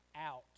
out